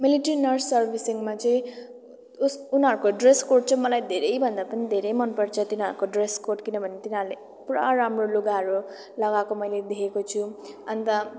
military nurse सर्विसिङमा चाहिँ उस उनीहरूको ड्रेस कोड चाहिँ मलाई धेरैभन्दा पनि धेरै मनपर्छ तिनीहरूको ड्रेस कोड किनभने तिनीहरूले पुरा राम्रो लुगाहरू लगाएको मैले देखेको छु अन्त